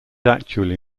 actually